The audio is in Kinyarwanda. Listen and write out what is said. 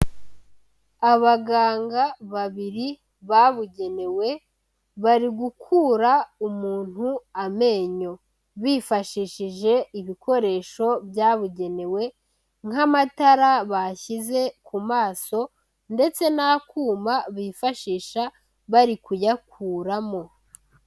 Abaganga babiri babugenewe, bari gukura umuntu amenyo, bifashishije ibikoresho byabugenewe, nk'amatara bashyize ku maso ndetse n'akuma bifashisha bari kuyakuramo.